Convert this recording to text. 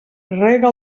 rega